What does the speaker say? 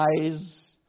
eyes